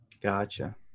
gotcha